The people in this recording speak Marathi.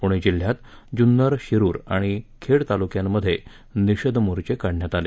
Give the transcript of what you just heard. पुणे जिल्ह्यात जून्नर शिरूर आणि खेड तालुक्यांमध्ये निषेध मोर्चे काढण्यात आले